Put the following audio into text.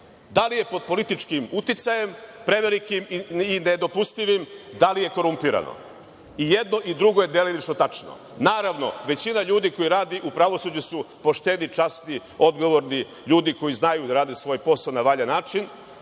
Da li je pod političkim uticajem prevelikim i nedopustivim, da li je korumpirano? I jedno i drugo je delimično tačno. Naravno, većina ljudi koja radi u pravosuđu su pošteni, časni, odgovorni ljudi koji znaju da rade svoj posao na valjan način,